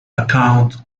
accounts